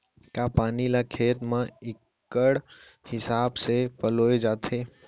का पानी ला खेत म इक्कड़ हिसाब से पलोय जाथे?